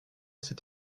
s’est